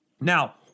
Now